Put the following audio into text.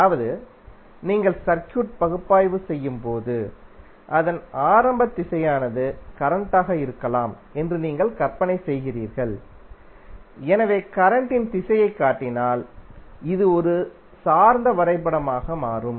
அதாவது நீங்கள் சர்க்யூட் பகுப்பாய்வு செய்யும் போது அதன் ஆரம்ப திசையானது கரண்ட் ஆக இருக்கலாம் என்று நீங்கள் கற்பனை செய்கிறீர்கள் எனவே கரண்ட்டின் திசையைக் காட்டினால் இது ஒரு சார்ந்த வரைபடமாக மாறும்